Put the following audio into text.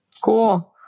Cool